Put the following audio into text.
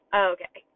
okay